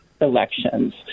elections